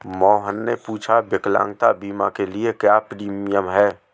मोहन ने पूछा की विकलांगता बीमा के लिए क्या प्रीमियम है?